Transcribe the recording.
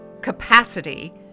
capacity